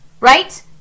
right